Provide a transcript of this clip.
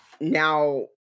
now